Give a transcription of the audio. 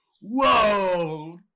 whoa